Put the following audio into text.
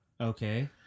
Okay